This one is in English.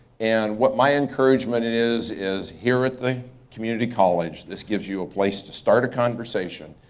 and what my encouragement is is here at the community college, this gives you a place to start a conversation.